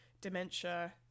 dementia